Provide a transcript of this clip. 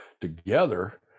together